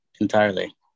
Entirely